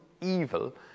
evil